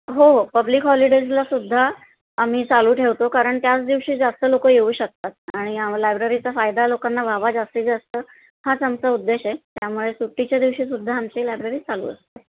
हो हो पब्लिक हॉलिडेजलासुद्धा आम्ही चालू ठेवतो कारण त्याच दिवशी जास्त लोक येऊ शकतात आणि लायब्ररीचा फायदा लोकांना व्हावा जास्तीत जास्त हाच आमचा उद्देश आहे त्यामुळे सुट्टीच्या दिवशीसुद्धा आमची लायब्ररी चालू असते